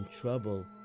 trouble